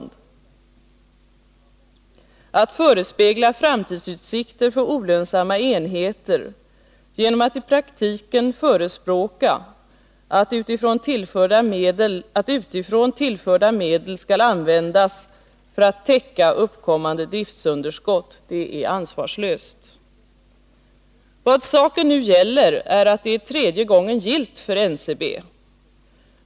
Det är ansvarslöst att förespegla framtidsutsikter för olönsamma enheter genom att i praktiken förespråka att medel tillförda utifrån skall användas för att täcka uppkommande driftsunderskott. Vad saken nu gäller är att det är tredje gången gillt för NCB.